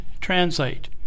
translate